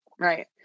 Right